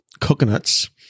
coconuts